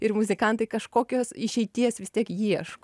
ir muzikantai kažkokios išeities vis tiek ieško